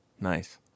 nice